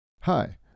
Hi